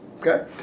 Okay